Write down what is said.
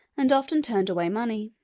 and often turned away money.